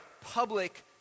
public